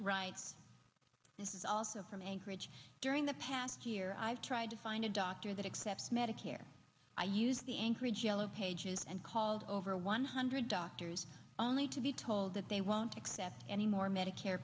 right this is also from anchorage during the past year i've tried to find a doctor that accept medicare i use the anchorage yellow pages and called over one hundred doctors only to be told that they won't accept any more medicare